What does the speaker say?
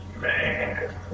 Man